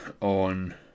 on